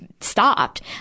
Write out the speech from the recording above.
stopped